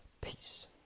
Peace